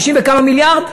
50 וכמה מיליארד?